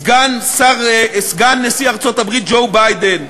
סגן נשיא ארצות-הברית ג'ו ביידן,